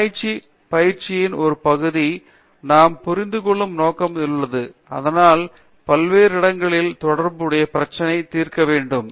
ஆராய்ச்சிப் பயிற்சியின் ஒரு பகுதி நாம் புரிந்து கொள்ளும் நோக்கில் உள்ளது ஆனால் வெவ்வேறு இடங்களில் இருந்து தொடர்பு பெற்று பிரச்சனையைப் தீர்க்க வேண்டும்